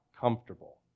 comfortable